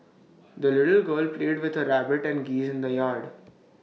the little girl played with her rabbit and geese in the yard